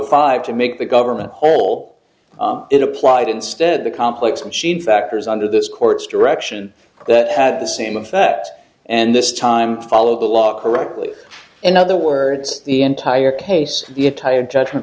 five to make the government whole it applied instead the complex and she'd factors under this court's direction that had the same effect and this time to follow the law correctly in other words the entire case the entire judgment